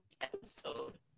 episode